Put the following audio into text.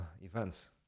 events